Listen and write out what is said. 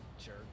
sure